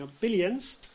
billions